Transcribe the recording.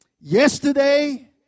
yesterday